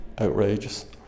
outrageous